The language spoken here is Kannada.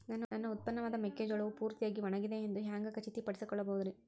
ನನ್ನ ಉತ್ಪನ್ನವಾದ ಮೆಕ್ಕೆಜೋಳವು ಪೂರ್ತಿಯಾಗಿ ಒಣಗಿದೆ ಎಂದು ಹ್ಯಾಂಗ ಖಚಿತ ಪಡಿಸಿಕೊಳ್ಳಬಹುದರೇ?